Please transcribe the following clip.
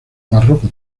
barroco